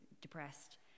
depressed